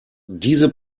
diese